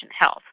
health